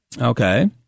okay